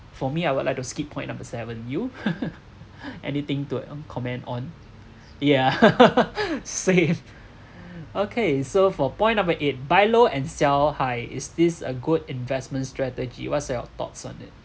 for me I would like to skip point number seven you anything to comment on yeah safe okay so for point number eight buy low and sell high is this a good investment strategy what's your thoughts on it